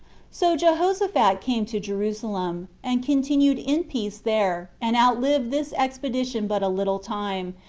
so jehoshaphat came to jerusalem, and continued in peace there, and outlived this expedition but a little time,